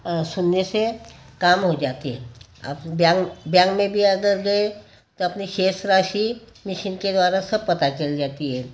सुनने से काम हो जाते हैं आप ब्यांग ब्यांग में भी अगर गए तो अपने शेष राशि मिशन के द्वारा सब पता चल जाती है